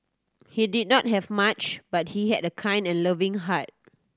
he did not have much but he had a kind and loving heart